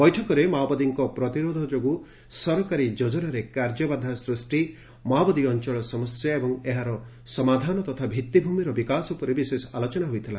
ବୈଠକରେ ମାଓବାଦୀଙ୍କ ପ୍ରତିରୋଧ ଯୋଗୁଁ ସରକାରୀ ଯୋକ୍କନାରେ କାର୍ଯ୍ୟବାଧା ସୃଷି ମାଓବାଦୀ ଅଞ୍ଚଳ ସମସ୍ୟା ଏବଂ ଏହାର ସମାଧାନ ତଥା ଭିଭିମିର ବିକାଶ ଉପରେ ବିଶେଷ ଆଲୋଚନା ହୋଇଥିଲା